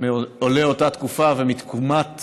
סיפורם של הרבה מאוד מעולי אותה תקופה ושל תקומת